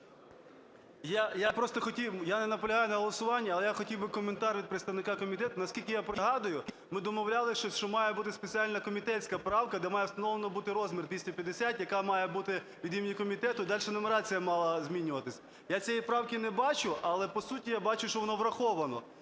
я не наполягаю на голосуванні, але я хотів би коментар від представника комітету. Наскільки я пригадую, ми домовлялися, що має бути спеціальна комітетська правка, де має встановлено бути розмір 250, яка має бути від імені комітету, дальше нумерація мала змінюватися. Я цієї правки не бачу, але по суті, я бачу, що воно враховано.